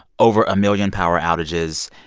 over a million power outages.